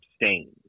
abstain